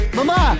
Mama